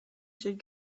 should